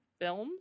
films